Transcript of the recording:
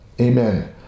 Amen